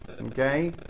okay